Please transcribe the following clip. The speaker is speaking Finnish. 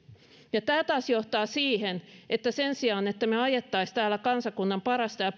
ja tämä taas johtaa siihen että sen sijaan että me ajaisimme täällä kansakunnan parasta ja